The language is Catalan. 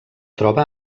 troba